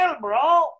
bro